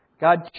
God